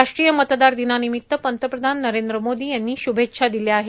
राष्ट्रीय मतदार दिनानिमित्त पंतप्रधान नरेंद्र मोदी यांनी शुभेच्छा दिल्या आहे